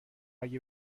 اگه